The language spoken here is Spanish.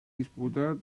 disputar